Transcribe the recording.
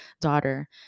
daughter